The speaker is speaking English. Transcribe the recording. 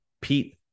Pete